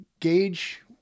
gauge